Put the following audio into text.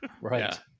Right